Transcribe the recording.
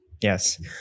Yes